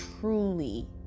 truly